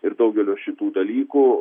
ir daugelio šitų dalykų